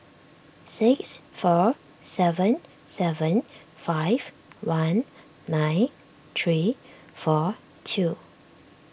six four seven seven five one nine three four two